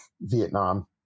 Vietnam